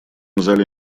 зале